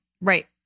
Right